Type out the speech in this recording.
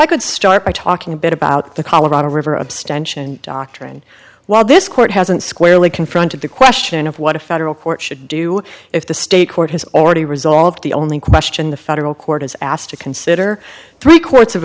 i could start by talking a bit about the colorado river abstention doctrine while this court hasn't squarely confronted the question of what a federal court should do if the state court has already resolved the only question the federal court has asked to consider three courts of